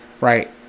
right